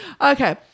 Okay